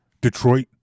Detroit